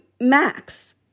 Max